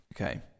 okay